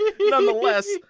Nonetheless